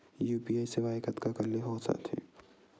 UPI सेवाएं कतका कान ले हो थे?